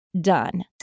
done